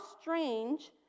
strange